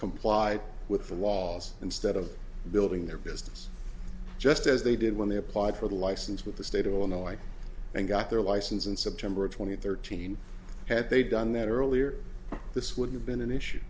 comply with the laws instead of building their business just as they did when they applied for the license with the state of illinois and got their license and september twenty eighth thirteen had they done that earlier this would have been an issue